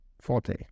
forte